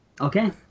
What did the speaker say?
Okay